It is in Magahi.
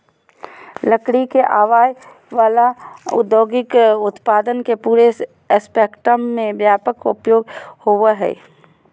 लकड़ी से आवय वला औद्योगिक उत्पादन के पूरे स्पेक्ट्रम में व्यापक उपयोग होबो हइ